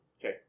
okay